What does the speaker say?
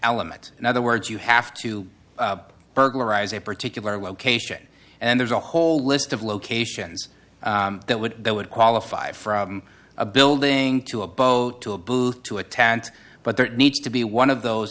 element in other words you have to burglarize a particular location and there's a whole list of locations that would that would qualify from a building to a boat to a booth to attack and but there needs to be one of those